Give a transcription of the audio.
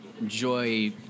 enjoy